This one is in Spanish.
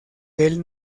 del